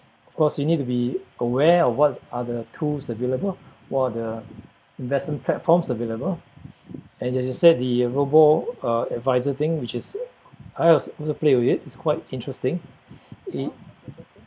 of course you need to be aware of what other tools available what are the investment platforms available and you you said the robo uh adviser thing which is I al~ also played with it's quite interesting it